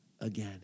again